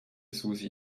susi